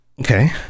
Okay